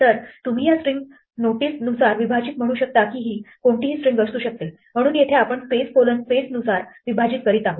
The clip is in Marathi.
तर तुम्ही या स्ट्रिंग नोटिसनुसार विभाजित म्हणू शकता की ही कोणतीही स्ट्रिंग असू शकते म्हणून येथे आपण स्पेस कोलन स्पेसनुसार विभाजित करीत आहोत